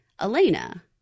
Elena